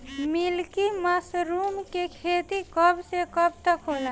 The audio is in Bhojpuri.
मिल्की मशरुम के खेती कब से कब तक होला?